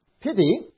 Pity